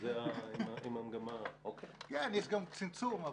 יש צמצום.